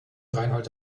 reinhold